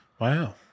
Wow